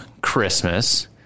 Christmas